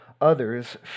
others